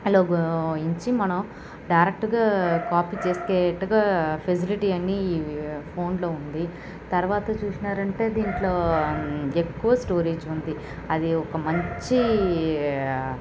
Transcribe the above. లోగు ఇంచి మనం డారెక్టుగా కాపీ చేసేట్టుగా ఫెసిలిటీ అన్నీ ఫోన్లో ఉంది తర్వాత చూసినారంటే దీంట్లో ఎక్కువ స్టోరీజ్ ఉంది అది ఒక మంచి